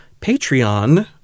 Patreon